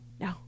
No